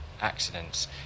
accidents